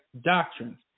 doctrines